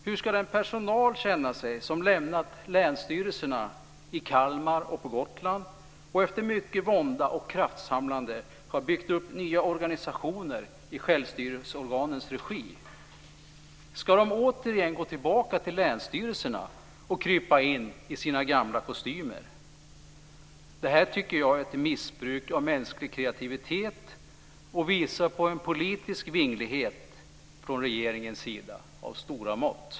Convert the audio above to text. Hur ska den personal känna sig som lämnat länsstyrelserna i Kalmar och på Gotland och efter mycket vånda och kraftsamlande har byggt upp nya organisationer i självstyrelseorganens regi? Ska de gå tillbaka till länsstyrelserna och krypa in i sina gamla kostymer? Jag tycker att det här är ett missbruk av mänsklig kreativitet och visar på en politisk vinglighet från regeringens sida av stora mått.